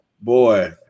Boy